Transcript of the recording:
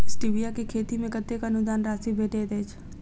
Stevia केँ खेती मे कतेक अनुदान राशि भेटैत अछि?